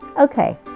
Okay